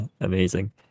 amazing